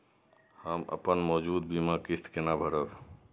हम अपन मौजूद बीमा किस्त केना भरब?